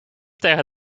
tegen